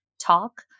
TALK